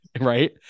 right